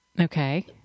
Okay